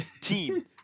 team